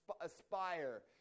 aspire